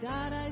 God